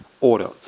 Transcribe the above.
order